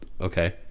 Okay